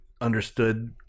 understood